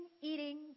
eating